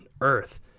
Earth